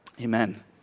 Amen